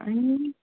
आनी